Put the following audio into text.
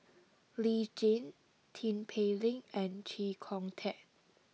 Lee Tjin Tin Pei Ling and Chee Kong Tet